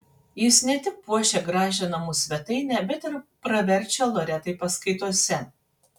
jis ne tik puošia gražią namų svetainę bet ir praverčia loretai paskaitose